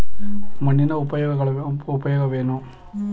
ಮಣ್ಣಿನ ಉಪಯೋಗವೇನು?